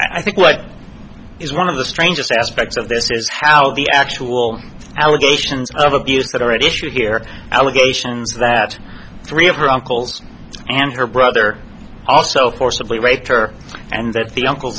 i think what is one of the strangest aspects of this is how the actual allegations of abuse that are at issue here allegations that three of her uncles and her brother also forcibly raped her and that the uncle